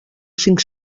cinc